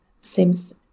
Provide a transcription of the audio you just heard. seems